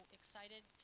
excited